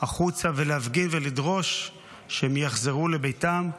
החוצה ולהפגין ולדרוש שהם יחזרו לביתם.